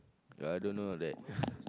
ya I don't know of that